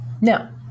Now